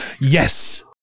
yes